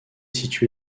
situé